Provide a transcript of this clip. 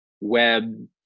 web